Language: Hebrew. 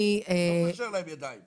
אני לא קושר להם ידיים.